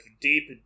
deep